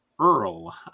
Earl